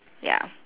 ya